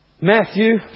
Matthew